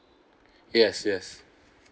yes yes